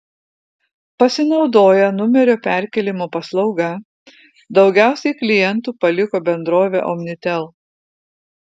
pasinaudoję numerio perkėlimo paslauga daugiausiai klientų paliko bendrovę omnitel